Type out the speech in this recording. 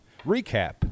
recap